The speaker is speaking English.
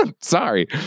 Sorry